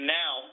now